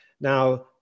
Now